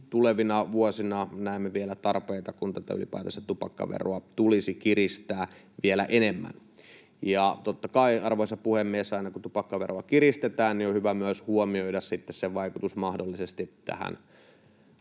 tulevina vuosina näemme vielä tarpeita, kun ylipäätänsä tupakkaveroa tulisi kiristää vielä enemmän. Totta kai, arvoisa puhemies, aina kun tupakkaveroa kiristetään, on hyvä sitten myös huomioida sen vaikutus mahdollisesti laittomaan